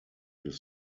des